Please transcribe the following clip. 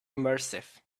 immersive